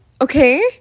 Okay